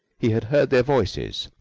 he had heard their voices,